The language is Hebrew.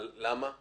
למה?